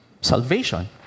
salvation